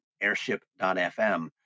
airship.fm